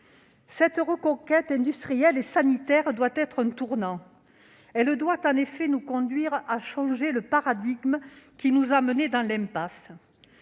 La reconquête industrielle et sanitaire doit être un tournant : elle doit en effet nous conduire à changer le paradigme qui nous a menés dans l'impasse.